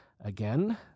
Again